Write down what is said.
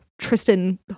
Tristan